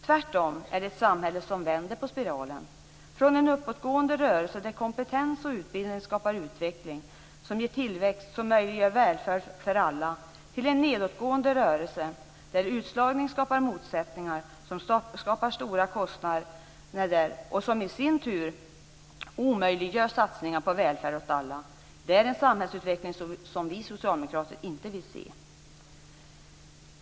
Tvärtom är det ett samhälle som vänder på spiralen från en uppåtgående rörelse där kompetens och utbildning skapar utveckling, som ger tillväxt och möjliggör välfärd för alla till en nedåtgående rörelse där utslagning skapar motsättningar som skapar stora kostnader, vilket i sin tur omöjliggör satsningar på välfärd åt alla. Det är en samhällsutveckling som vi socialdemokrater inte vill se.